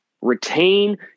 Retain